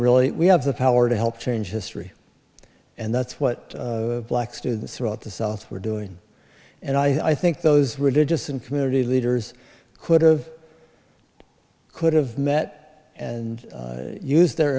really we have the power to help change history and that's what black students throughout the south were doing and i think those religious and community leaders could have could have met and used their